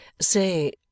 Say